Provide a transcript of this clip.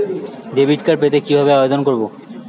Debit card পেতে কি ভাবে আবেদন করব?